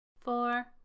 Four